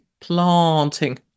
Planting